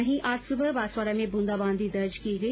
वहीं आज सुबह बांसवाड़ा में बूंदाबांदी दर्ज गई